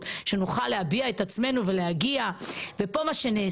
אני חושב שהבעיה הזו היא לא בעיה שבאה מהכנסת,